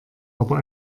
aber